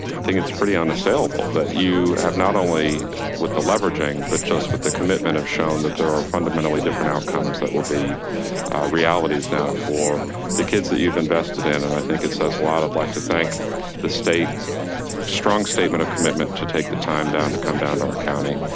i think it's pretty unassailable that you have not only with the leveraging, but just with the commitment have shown that there are fundamentally different outcomes that will be realities now for the kids that you've invested in and i think it says a lot. i'd like to thank the state strong statement of commitment to take the time down to come down to our county,